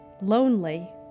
lonely